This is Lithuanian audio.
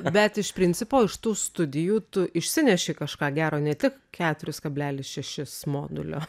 bet iš principo iš tų studijų tu išsineši kažką gero ne tik keturis kablelis šešis modulio